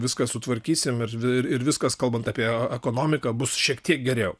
viską sutvarkysim ir ir viskas kalbant apie ekonomiką bus šiek tiek geriau